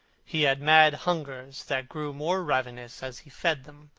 he had mad hungers that grew more ravenous as he fed them.